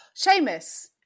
Seamus